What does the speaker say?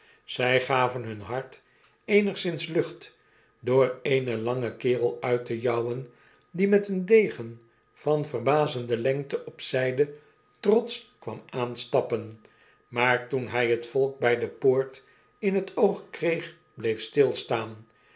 zjj gaven hun hart eenigszins lucht door eenen langen kerel uit te jouwen die met een degen van verbazende lengte op zyde trotsch kwam aanstappen maar toen hy het volk bj de poort in het oog kreeg bleef stilstaan